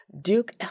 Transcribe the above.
Duke